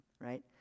right